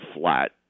flat